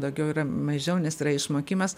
daugiau yra mažiau nes yra išmokimas